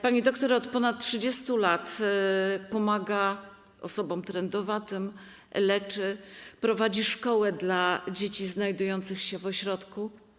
Pani doktor od ponad 30 lat pomaga osobom trędowatym, leczy, prowadzi szkołę dla dzieci znajdujących się w ośrodku.